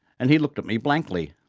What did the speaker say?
and he looked at me blankly.